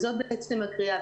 זאת בעצם הקריאה.